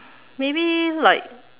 maybe like